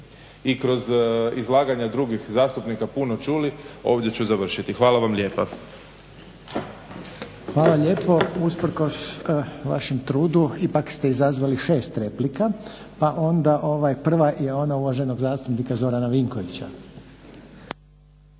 kroz izlaganja drugih zastupnika puno čuli ovdje ću završiti. Hvala vam lijepa. **Reiner, Željko (HDZ)** Hvala lijepa. Usprkos vašem trudu ipak ste izazvali 6 replika. Pa onda prva je ona uvaženog zastupnika Zorana Vinkovića.